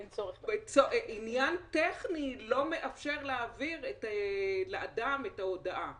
עניין טכני לא מאפשר להעביר את ההודעה לאדם.